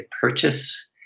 purchase